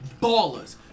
ballers